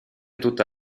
tutta